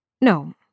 No